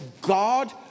God